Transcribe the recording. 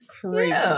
crazy